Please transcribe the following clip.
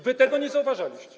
Wy tego nie zauważaliście.